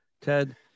Ted